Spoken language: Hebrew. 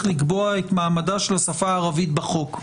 לקבוע את מעמדה של השפה הערבית בחוק.